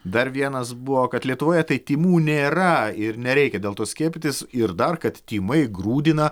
dar vienas buvo kad lietuvoje tai tymų nėra ir nereikia dėl to skiepytis ir dar kad tymai grūdina